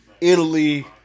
Italy